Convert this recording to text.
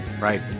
right